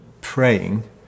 praying